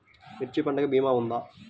మిర్చి పంటకి భీమా ఉందా?